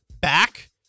back